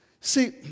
See